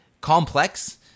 complex